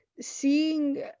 seeing